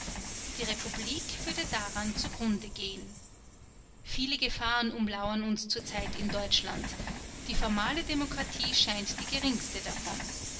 die republik würde daran zugrunde gehen viele gefahren umlauern uns zurzeit in deutschland die formale demokratie scheint die geringste davon